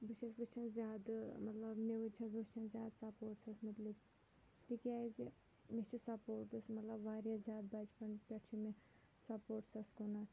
بہٕ چھَس وٕچھان زیادٕ مطلب نِوٕز چھَس بہٕ وٕچھان زیادٕ سَپوٹسَس مُتعلِق تِکیٛازِ مےٚ چھِ سَپوٹٕس مطلب واریاہ زیادٕ بَچپَن پٮ۪ٹھ چھِ مےٚ سَپوٹسَس کُنَتھ